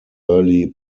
early